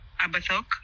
Abathok